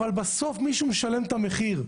אבל בסוף מישהו משלם את המחיר,